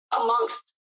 amongst